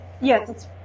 Yes